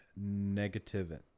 negative